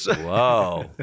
Whoa